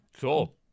Cool